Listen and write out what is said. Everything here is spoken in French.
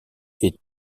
est